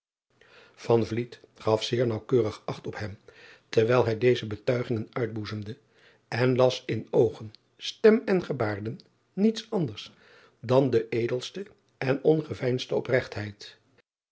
gaf zeer naauwkeurig acht op hem terwijl hij deze betuigingen uitboezemde en las in oogen stem en gebaarden niets anders dan de edelste en ongeveinsdste opregtheid